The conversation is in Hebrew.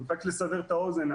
רק לסבר את האוזן,